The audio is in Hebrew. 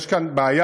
ויש כאן בעיה.